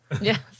Yes